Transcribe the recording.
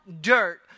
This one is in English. dirt